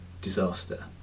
disaster